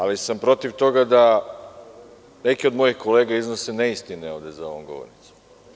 Ali sam protiv toga da neki od mojih kolega iznose neistine ovde za ovom govornicom.